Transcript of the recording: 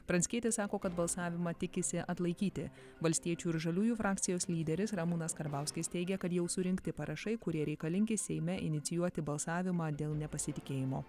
pranckietis sako kad balsavimą tikisi atlaikyti valstiečių ir žaliųjų frakcijos lyderis ramūnas karbauskis teigė kad jau surinkti parašai kurie reikalingi seime inicijuoti balsavimą dėl nepasitikėjimo